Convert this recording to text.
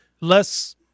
less